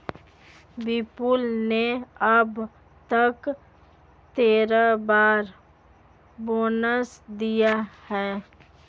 विप्रो ने अब तक तेरह बार बोनस दिया है